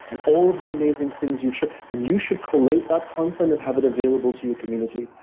and all of the amazing things you should and you should collate that content and have it available to your community.